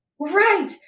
Right